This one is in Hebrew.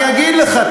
אני אגיד לך,